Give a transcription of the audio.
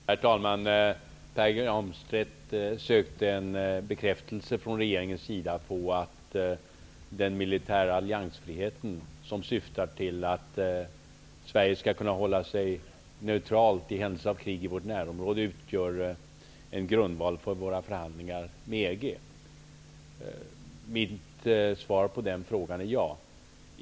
Herr talman! Pär Granstedt sökte en bekräftelse från regeringens sida på att den militära alliansfriheten som syftar till att Sverige skall kunna hålla sig neutralt i händelse av krig i vårt närområde utgör en grundval för våra förhandlingar med EG. Mitt svar är: ja.